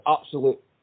absolute